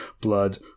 blood